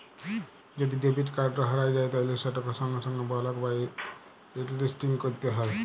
যদি debit card হারাঁয় যায় তাইলে সেটকে সঙ্গে সঙ্গে বলক বা হটলিসটিং ক্যইরতে হ্যয়